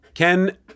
Ken